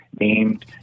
named